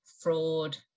fraud